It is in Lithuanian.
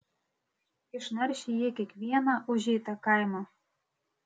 išnaršė jie kiekvieną užeitą kaimą